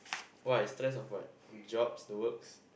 why stressed of what jobs the works